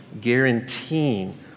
guaranteeing